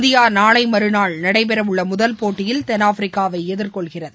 India நாளை மறுநாள் நடைபெறவுள்ள முதல் போட்டியில் தென்னாப்பிரிக்காவை எதிர்கொள்கிறது